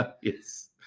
Yes